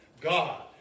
God